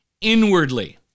inwardly